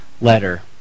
letter